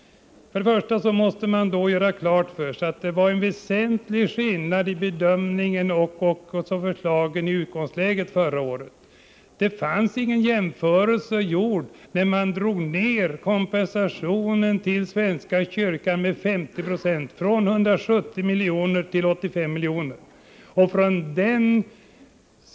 Först och främst måste man göra klart för sig att det var en väsentlig skillnad på förslagen i utgångsläget förra året. Man hade inte gjort någon jämförelse när man drog ned kompensationen till svenska kyrkan med 50 96 —från 170 milj.kr. till 85 milj.kr.